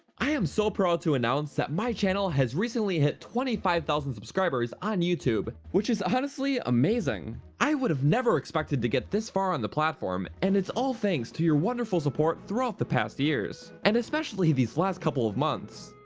i am so proud to announce that my channel has recently hit twenty five k subscribers on youtube, which is honestly. amazing! i would have never expected to get this far on the platform, and it's all thanks to your wonderful support throughout the past years and especially these last couple of months.